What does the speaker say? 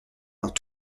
dans